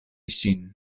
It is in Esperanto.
ŝin